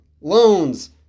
Loans